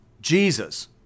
Jesus